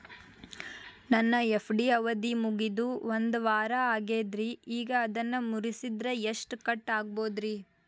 ನನ್ನ ಎಫ್.ಡಿ ಅವಧಿ ಮುಗಿದು ಒಂದವಾರ ಆಗೇದ್ರಿ ಈಗ ಅದನ್ನ ಮುರಿಸಿದ್ರ ಎಷ್ಟ ಕಟ್ ಆಗ್ಬೋದ್ರಿ?